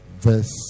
verse